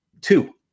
Two